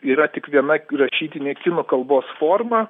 yra tik viena rašytinė kinų kalbos forma